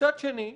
מצד שני,